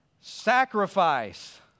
Sacrifice